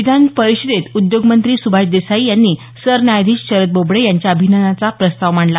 विधान परिषदेत उद्योगमंत्री सुभाष देसाई यांनी सरन्यायाधीश शरद बोबडे यांच्या अभिनंदनाचा प्रस्ताव मांडला